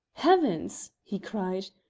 heavens! he cried,